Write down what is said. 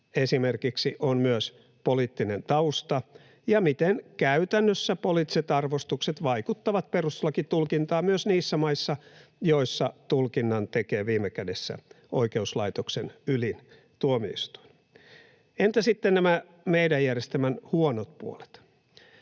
esimerkiksi on myös poliittinen tausta ja miten poliittiset arvostukset käytännössä vaikuttavat perustuslakitulkintaan myös niissä maissa, joissa tulkinnan tekee viime kädessä oikeuslaitoksen ylin tuomioistuin. Entä sitten nämä meidän järjestelmän huonot puolet?